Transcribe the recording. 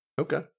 Okay